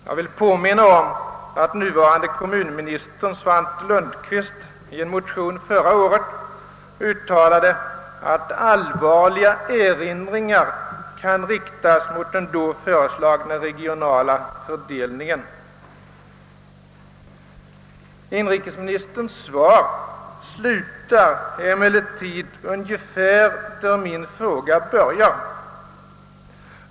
Jag vill påminna om att nuvarande kommunministern Svante Lundkvist i en motion förra året uttalade att allvarliga erinringar kunde riktas mot den då föreslagna regionala fördelningen. Inrikesministerns svar slutar dock ungefär där min fråga börjar.